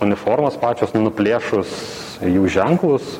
uniformos pačios nuplėšus jų ženklus